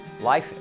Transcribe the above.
Life